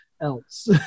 else